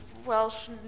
Welsh